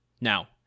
now